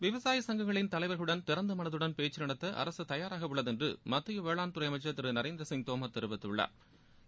விவசாய சங்கங்களின் தலைவா்களுடன் திறந்த மனதுடன் பேச்சு நடத்த அரசு தயாராக உள்ளது என்று மத்திய வேளாண்துறை அமைச்சா் திரு நரேந்திரசிங் தோமா் தெரிவித்துள்ளாா்